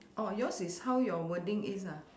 oh yours is how your wording is ah